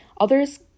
Others